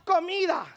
Comida